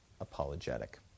apologetic